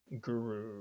guru